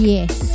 Yes